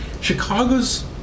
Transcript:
Chicago's